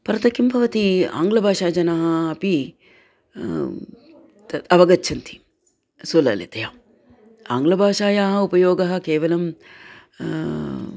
परन्तु किं भवति आङ्ग्लभाषाजनाः अपि तत् अवगच्छन्ति सुललितया आङ्ग्लभाषायाः उपयोगः केवलं